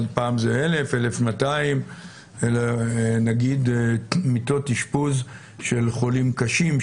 1,000 או 1,200 של מיטות אשפוז של חולים קשים,